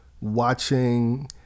watching